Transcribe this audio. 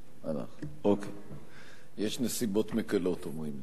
יש נסיבות מקילות, אומרים לי.